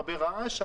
הרבה רעש,